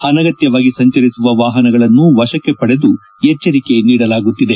ಅನಗತ್ತವಾಗಿ ಸಂಚರಿಸುವ ವಾಪನಗಳನ್ನು ವಶಕ್ಕೆ ಪಡೆದು ಎಚ್ಚರಿಕೆ ನೀಡಲಾಗುತ್ತಿದೆ